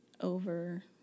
over